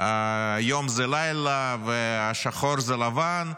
והיום הוא לילה, והשחור הוא לבן,